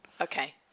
Okay